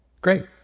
great